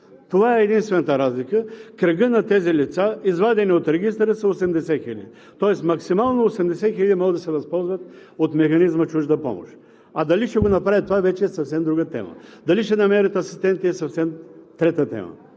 Това е единствената разлика. Кръгът на тези лица, извадени от регистъра, са 80 хиляди, тоест максимално 80 хиляди могат да се възползват от механизма „чужда помощ“, а дали ще направят това, вече е съвсем друга тема, а дали ще намерят асистенти е трета тема.